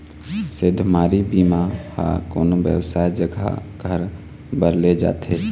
सेधमारी बीमा ह कोनो बेवसाय जघा घर बर ले जाथे